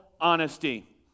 honesty